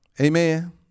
Amen